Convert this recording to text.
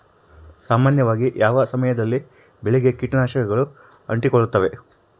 ಸಾಮಾನ್ಯವಾಗಿ ಯಾವ ಸಮಯದಲ್ಲಿ ಬೆಳೆಗೆ ಕೇಟನಾಶಕಗಳು ಅಂಟಿಕೊಳ್ಳುತ್ತವೆ?